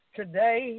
today